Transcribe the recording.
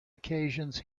occasions